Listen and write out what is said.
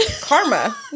Karma